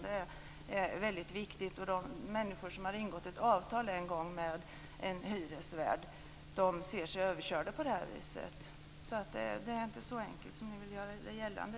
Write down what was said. De människor som en gång i tiden har ingått ett avtal med en hyresvärd ser sig bli överkörda. Det är inte så enkelt som ni vill göra gällande.